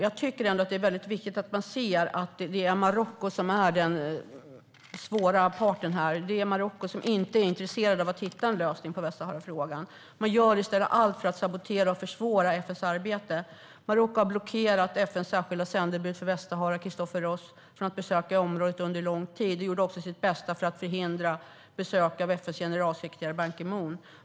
Jag tycker ändå att det är väldigt viktigt att man ser att det är Marocko som är den svåra parten här. Det är Marocko som inte är intresserat av att hitta en lösning på Västsaharafrågan. Man gör i stället allt för att sabotera och försvåra FN:s arbete. Marocko har blockerat FN:s särskilda sändebud för Västsahara, Christopher Ross, från att besöka området under lång tid. Man gjorde sitt bästa för att förhindra besök av FN:s generalsekreterare Ban Ki Moon.